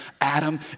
Adam